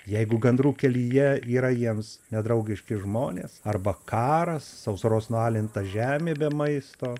jeigu gandrų kelyje yra jiems nedraugiški žmonės arba karas sausros nualinta žemė be maisto